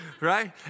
right